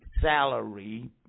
salary